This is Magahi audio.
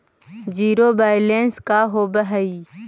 जिरो बैलेंस का होव हइ?